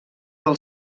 del